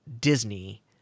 Disney